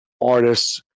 artists